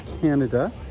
Canada